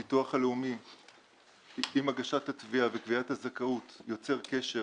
הביטוח הלאומי עם הגשת התביעה ותביעת הזכאות יוצר קשר